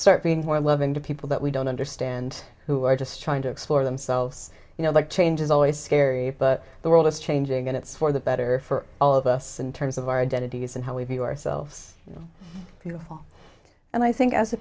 search being more loving to people that we don't understand who are just trying to explore themselves you know that change is always scary but the world is changing and it's for the better for all of us in terms of our identities and how we view ourselves beautiful and i think as a